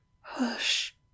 hush